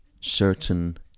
Certain